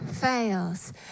fails